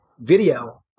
video